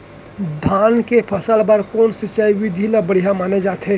धान के फसल बर कोन सिंचाई विधि ला बढ़िया माने जाथे?